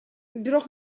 бирок